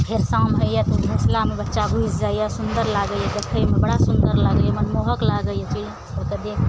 फेर शाम होइए तऽ घोँसलामे बच्चा घुसि जाइए सुन्दर लागइए देखयमे बड़ा सुन्दर लागइए मनमोहक लागइए ओ चिड़ियाँ ओसभ देखके